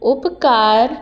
उपकार